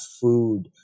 food